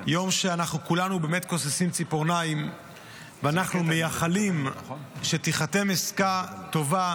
יום שבו אנחנו כולנו באמת כוססים ציפורניים ומאחלים שתיחתם עסקה טובה.